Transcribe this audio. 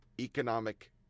economic